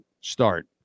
start